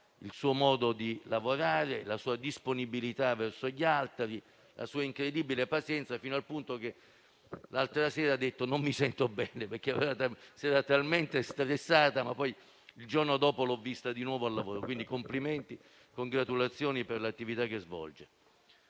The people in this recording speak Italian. il suo modo di lavorare, la sua disponibilità verso gli altri e la sua incredibile pazienza, fino al punto che l'altra sera ha detto di non sentirsi bene, perché si era molto stressata, ma il giorno dopo l'ho vista di nuovo al lavoro. Quindi complimenti e congratulazioni - se li merita - al